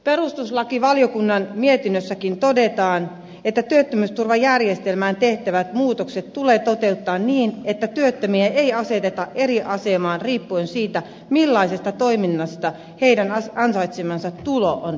perustuslakivaliokunnan lausunnossakin todetaan että työttömyysturvajärjestelmään tehtävät muutokset tulisi toteuttaa niin että työttömiä ei aseteta eri asemaan riippuen siitä millaisesta toiminnasta heidän ansaitsemansa tulo on peräisin